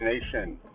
Nation